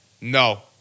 No